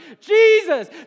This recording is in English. Jesus